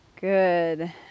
good